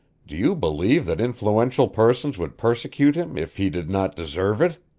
do you believe that influential persons would persecute him if he did not deserve it?